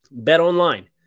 Betonline